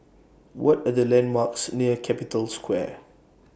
What Are The landmarks near Capital Square